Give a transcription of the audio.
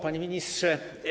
Panie Ministrze!